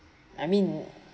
I mean